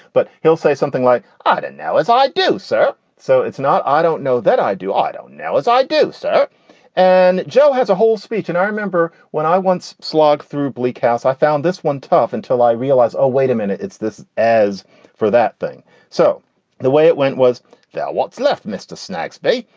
but he'll say something like i and now, as i do, sir. so it's not i don't know that i do. i don't know as i do, sir and joe has a whole speech. and i remember when i once slogged through bleak house, i found this one tough until i realized, oh, wait a minute, it's this. as for that thing so the way it went was that what's left mr snacks b,